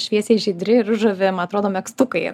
šviesiai žydri ir ružavi man atrodo megztukai